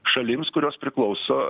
šalims kurios priklauso